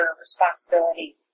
responsibility